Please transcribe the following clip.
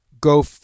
go